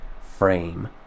frame